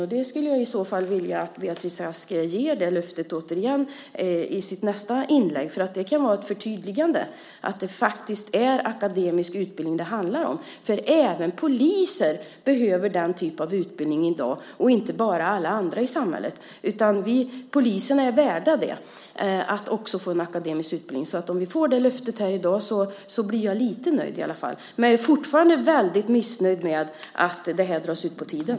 I så fall skulle jag vilja att Beatrice Ask ger det löftet i sitt nästa inlägg. Det kan vara ett förtydligande att det faktiskt är akademisk utbildning det handlar om. Även poliser behöver den typen av utbildning i dag, inte bara alla andra i samhället. Poliser är värda att också få akademisk utbildning. Om vi får det löftet i dag blir jag i alla fall lite nöjd, men jag är fortfarande väldigt missnöjd med att det här drar ut på tiden.